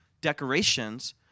decorations